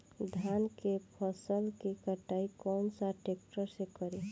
धान के फसल के कटाई कौन सा ट्रैक्टर से करी?